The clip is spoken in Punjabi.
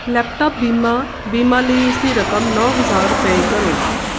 ਲੈਪਟਾਪ ਬੀਮਾ ਬੀਮਾ ਲਈ ਉਸ ਦੀ ਰਕਮ ਨੌ ਹਜ਼ਾਰ ਰੁਪਏ ਕਰੋ